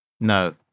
no